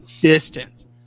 distance